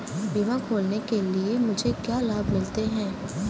बीमा खोलने के लिए मुझे क्या लाभ मिलते हैं?